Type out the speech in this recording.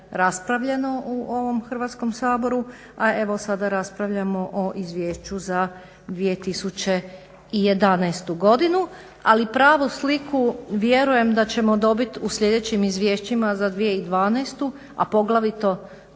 raspravljeno u ovom Hrvatskom saboru, a evo sada raspravljamo o izvješću za 2011.godinu. Ali pravu sliku vjerujem da ćemo dobiti u sljedećim izvješćima 2012.a poglavito